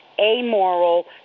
amoral